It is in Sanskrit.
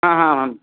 हा हा आं